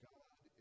God